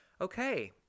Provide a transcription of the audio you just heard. Okay